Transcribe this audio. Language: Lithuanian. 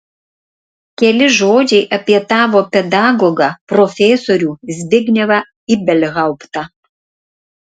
keli žodžiai apie tavo pedagogą profesorių zbignevą ibelhauptą